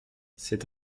c’est